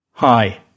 Hi